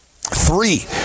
Three